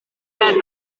that